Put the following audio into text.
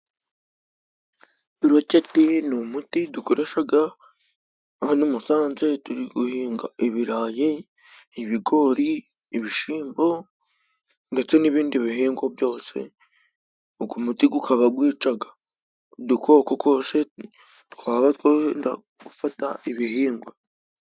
Roketi ni umuti dukoreshaga hano i Musanze turi guhinga ibirayi, ibigori, ibishyimbo ndetse n'ibindi bihingwa byose. Ugwo muti gukaba gwicaga udukoko gwose twaba twenda gufata ibihingwa.